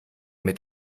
mit